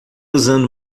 usando